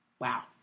Wow